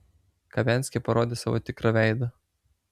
kavenski parodė savo tikrą veidą